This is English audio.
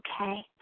okay